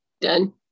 done